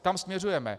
Tam směřujeme.